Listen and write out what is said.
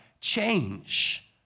change